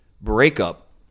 breakup